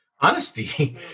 Honesty